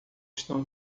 estão